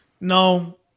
No